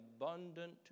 abundant